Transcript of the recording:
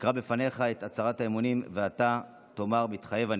אקרא בפניך את הצהרת האמונים ואתה תאמר "מתחייב אני".